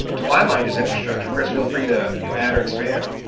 to my mind is infrastructure. chris, feel free to you know add or expand.